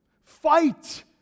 Fight